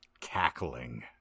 cackling